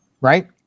right